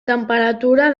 temperatura